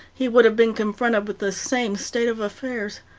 he would have been confronted with the same state of affairs.